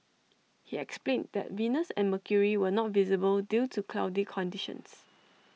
he explained that Venus and mercury were not visible due to cloudy conditions